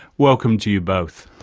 welcome to you both.